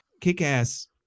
kick-ass